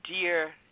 dear